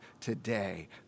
today